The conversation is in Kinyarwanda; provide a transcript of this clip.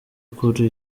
kuri